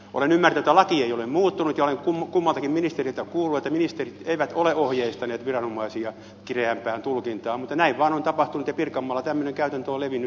olen ymmärtänyt että laki ei ole muuttunut ja olen kummaltakin ministeriltä kuullut että ministerit eivät ole ohjeistaneet viranomaisia kireämpään tulkintaan mutta näin vain on tapahtunut ja pirkanmaalla tämmöinen käytäntö on levinnyt